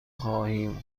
خواهیم